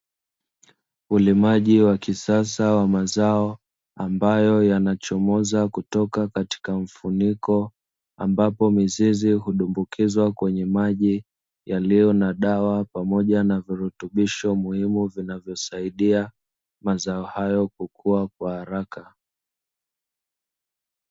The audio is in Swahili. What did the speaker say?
Ulimaji wa kisasa wa mazao ambayo yanachomoza kutoka katika mfuniko, ambapo mizizi hudumbukizwa kwenye maji yaliyo na dawa pamoja na virutubisho muhimu vinavyosaidia mazao hayo kukua kwa haraka.